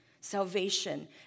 Salvation